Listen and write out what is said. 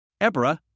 Ebra